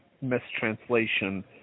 mistranslation